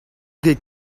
ket